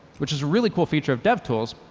which is a really cool feature of devtools,